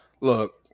Look